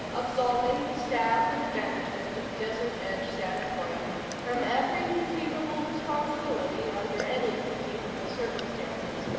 absolving the staff and management of desert edge sanatorium from every conceivable responsibility under any conceivable circumstances,